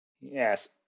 Yes